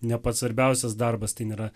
ne pats svarbiausias darbas tai nėra